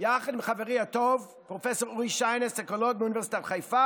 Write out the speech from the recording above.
לגבי אותם חיילים שקשה להם עם העורף המשפחתי,